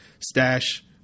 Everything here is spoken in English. stash